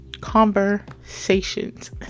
conversations